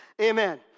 Amen